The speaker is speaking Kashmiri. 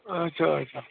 آچھا آچھا